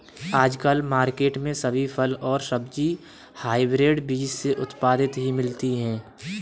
आजकल मार्केट में सभी फल और सब्जी हायब्रिड बीज से उत्पादित ही मिलती है